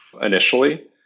initially